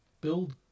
build